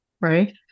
right